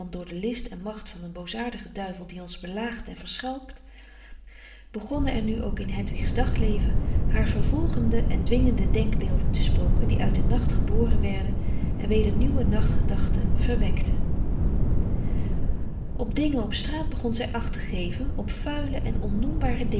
door de list en macht van een boosaardigen duivel die ons belaagt en verschalkt begonnen er nu ook in hedwigs dagleven haar vervolgende en dwingende denkbeelden te spoken die uit den nacht geboren werden en weder nieuwe nachtgedachten verwekten op dingen op straat begon zij acht te geven op frederik van